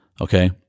Okay